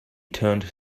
turned